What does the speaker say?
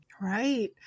Right